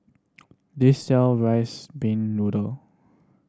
this sell rice pin noodle